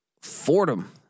Fordham